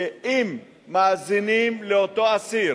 שאם מאזינים לאותו אסיר